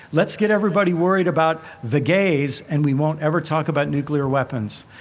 let's get everybody worried about the gays and we won't ever talk about nuclear weapons.